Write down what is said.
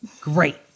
great